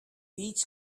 each